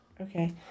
Okay